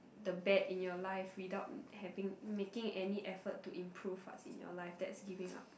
the bad in your life without having making any effort to improve what's in your life that's giving up